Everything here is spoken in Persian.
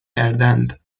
کردند